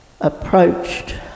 approached